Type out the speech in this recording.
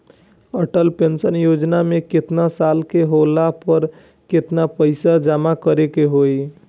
Atal pension Yojana मे केतना साल के होला पर केतना पईसा जमा करे के होई?